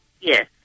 Yes